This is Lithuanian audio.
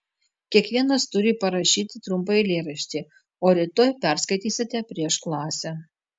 kiekvienas turi parašyti trumpą eilėraštį o rytoj perskaitysite prieš klasę